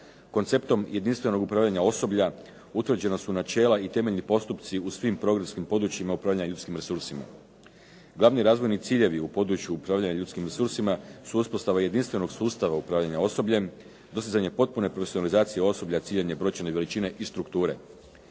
Konceptom jedinstvenog upravljanja osoblja utvrđena su načela i temeljni postupci u svim programskim područjima upravljanja ljudskim resursima. Glavni razvojni ciljevi u području upravlja ljudskim resursima su uspostava jedinstvenog sustava upravljanja osobljem, dostizanje potpune profesionalizacije osoblja, ciljane brojčane veličine i strukture.